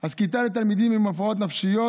כיתה לתלמידים עם הפרעות נפשיות